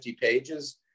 pages